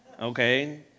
okay